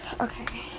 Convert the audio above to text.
Okay